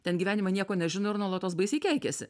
ten gyvenimą nieko nežino ir nuolatos baisiai keikiasi